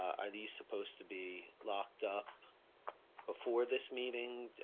are these supposed to be locked up before this meeting?